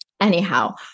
Anyhow